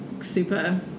super